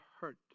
hurt